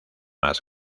más